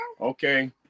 okay